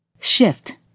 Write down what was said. shift